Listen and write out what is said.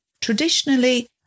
Traditionally